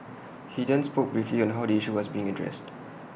he then spoke briefly on how the issue was being addressed